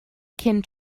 cyn